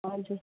हजुर